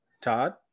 Todd